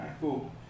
cool